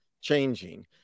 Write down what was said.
changing